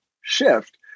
shift